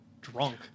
drunk